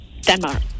Denmark